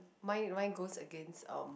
mine mine goes against um